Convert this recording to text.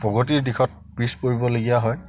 প্ৰগতিৰ দিশত পিছ পৰিবলগীয়া হয়